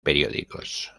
periódicos